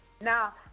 Now